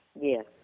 Yes